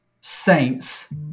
Saints